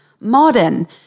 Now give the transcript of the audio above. modern